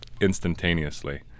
instantaneously